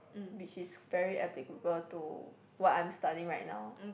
which is very applicable to what I'm studying right now